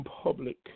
Public